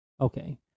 Okay